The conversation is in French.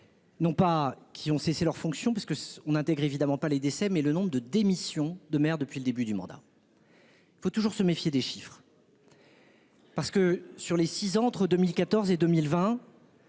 Non pas qui ont cessé leurs fonctions parce que on intègre évidemment pas les décès mais le nombre de démissions de maire depuis le début du mandat. Il faut toujours se méfier des chiffres. Parce que sur les six entre 2014 et 2020.